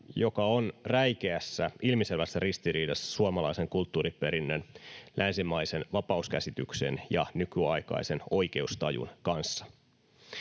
joka on räikeässä ja ilmiselvässä ristiriidassa suomalaisen kulttuuriperinnön, länsimaisen vapauskäsityksen ja nykyaikaisen oikeustajun kanssa.